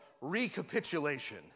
recapitulation